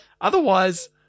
otherwise